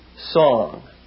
song